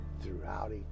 throughout